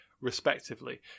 respectively